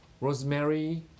rosemary